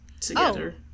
together